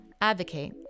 advocate